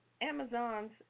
Amazon's